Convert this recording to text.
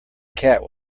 cat